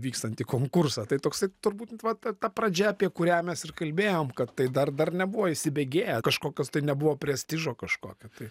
vykstantį konkursą tai toksai turbūt vat ta ta pradžia apie kurią mes ir kalbėjom kad tai dar dar nebuvo įsibėgėję kažkokios tai nebuvo prestižo kažkokio tai